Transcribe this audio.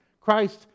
Christ